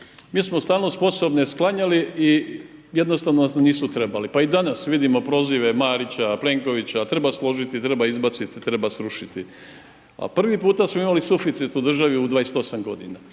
Mi smo stalno sposobne sklanjali i jednostavno nisu trebali, pa i danas vidimo prozive Marića, Plenkovića, treba složiti, treba izbaciti, treba srušiti a prvi puta smo imali suficit u državi u 28 g.